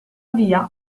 via